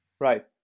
Right